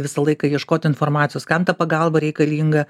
visą laiką ieškot informacijos kam ta pagalba reikalinga